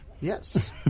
Yes